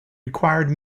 required